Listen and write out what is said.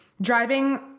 driving